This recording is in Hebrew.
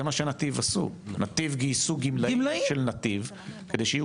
זה מה שנתיב עשו נתיב גייסו גמלאים של נתיב כדי שיהיו